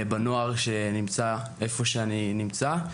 גאה בנוער שנמצא במקום שאני נמצא.